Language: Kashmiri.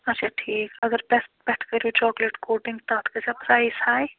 اَچھا ٹھیٖک اَگر پٮ۪ٹھٕ پٮ۪ٹھٕ کٔرِو چاکلیٹ کوٹِنٛگ تَتھ گژھیٛا پرٛایِس ہاے